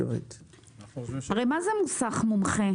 מה זה מוסך מומחה?